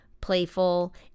playful